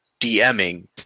DMing